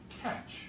catch